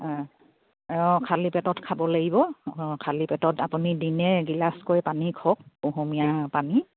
অঁ অঁ খালী পেটত খাব লাগিব অঁ খালি পেটত আপুনি দিনে এগিলাচকৈ পানী খওক কুহুমীয়া পানী